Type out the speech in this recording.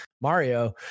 Mario